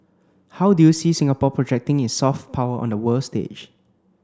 how do you see Singapore projecting its soft power on the world stage